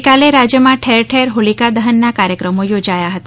ગઇકાલે રાજ્યમાં ઠેર ઠેર હોલિકા દહનના કાર્યક્રમો યોજાયા હતા